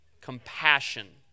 compassion